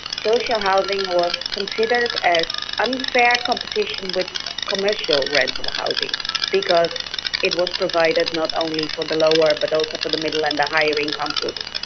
social housing was considered as unfair competition with commercial rental housing because it was provided not only for the lower but also for the middle and the higher income groups.